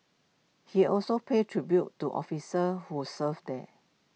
he also paid tribute to officers who served there